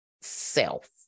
self